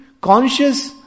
conscious